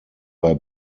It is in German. bei